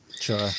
Sure